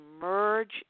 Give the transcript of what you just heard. merge